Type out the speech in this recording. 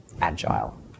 Agile